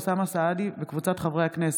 אוסאמה סעדי וקבוצת חברי הכנסת,